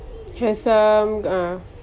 handsome